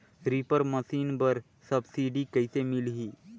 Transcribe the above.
Reaper machine बर subsidy कइसे मिलही?